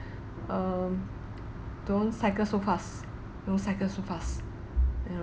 um don't cycle so fast don't cycle so fast you know